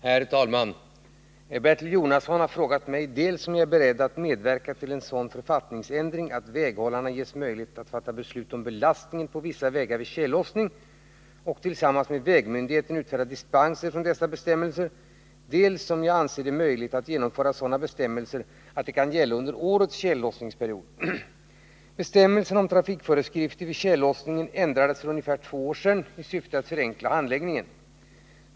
Herr talman! Bertil Jonasson har frågat mig dels om jag är beredd att medverka till en sådan författningsändring att väghållarna ges möjlighet att fatta beslut om belastningen på vissa vägar vid tjällossning och tillsammans med vägmyndigheten utfärda dispenser från dessa bestämmelser, dels om jag anser det möjligt att genomföra sådana bestämmelser så att de kan gälla under årets tjällossningsperiod. Bestämmelserna om trafikföreskrifter vid tjällossningen ändrades för ungefär två år sedan i syfte att förenkla handläggningen.